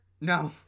No